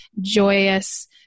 joyous